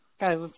Guys